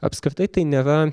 apskritai tai nėra